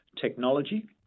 technology